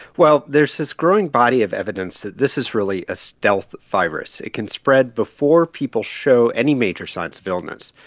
well, there's this growing body of evidence that this is really a stealth virus. it can spread before people show any major signs of illness.